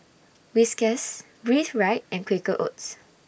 Whiskas Breathe Right and Quaker Oats